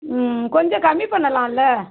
கொஞ்சம் கம்மி பண்ணலால்ல